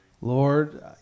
lord